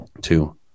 two